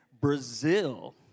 Brazil